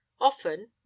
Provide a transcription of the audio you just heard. Often